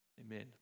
Amen